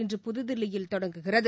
இன்று புதுதில்லியில் தொடங்குகிறது